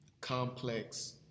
complex